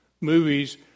movies